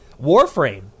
Warframe